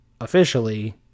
officially